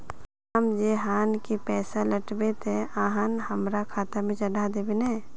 हम जे आहाँ के पैसा लौटैबे ते आहाँ हमरा खाता में चढ़ा देबे नय?